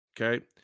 okay